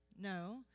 No